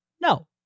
No